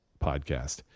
podcast